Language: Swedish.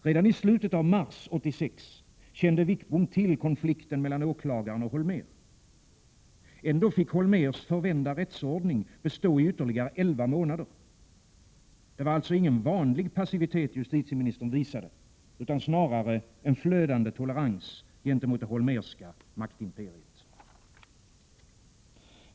Redanislutet av mars 1986 kände Wickbom till konflikten mellan åklagaren och Holmér. Ändå fick Holmérs förvända rättsordning bestå i ytterligare elva månader. Det var alltså ingen vanlig passivitet justitieministern visade, utan snarare en flödande tolerans gentemot det Holmérska maktimperiet.